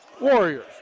Warriors